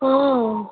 हुँ